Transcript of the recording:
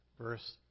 verse